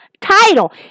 title